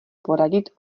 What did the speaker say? poradit